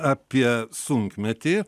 apie sunkmetį